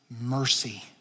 mercy